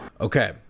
Okay